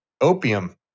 opium